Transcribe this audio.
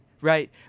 Right